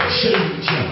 change